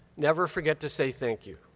never forget to say thank you.